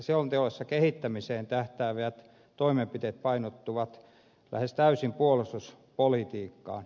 selonteossa kehittämiseen tähtäävät toimenpiteet painottuvat lähes täysin puolustuspolitiikkaan